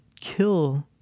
kill